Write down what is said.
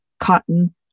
cotton